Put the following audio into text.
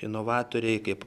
inovatoriai kaip